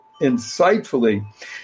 insightfully